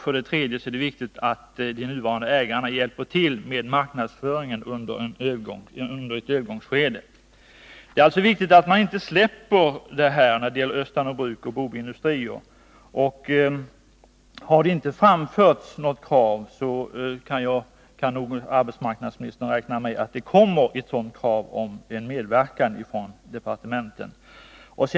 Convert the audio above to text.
För det tredje måste de nuvarande ägarna hjälpa till med marknadsföringen under ett övergångsskede. Det är alltså viktigt att inte släppa taget om den här frågan. Om det ännu inte har framförts något krav till departementet om statlig medverkan kan arbetsmarknadsministern räkna med att ett sådant kommer.